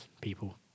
people